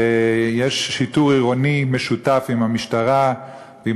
ויש שיטור עירוני משותף עם המשטרה ועם